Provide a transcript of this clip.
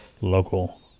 local